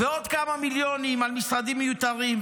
ועוד כמה מיליונים על משרדים מיותרים,